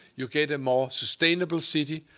you get a more sustainable city,